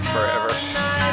Forever